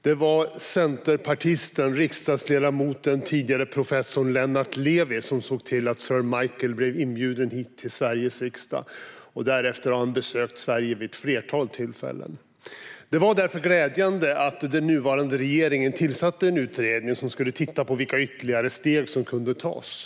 Det var centerpartisten, riksdagsledamoten och den tidigare professorn Lennart Levi som såg till att sir Michael blev inbjuden hit till Sveriges riksdag. Därefter har han besökt Sverige vid ett flertal tillfällen. Det var därför glädjande att den nuvarande regeringen tillsatte en utredning som skulle titta på vilka ytterligare steg som kunde tas.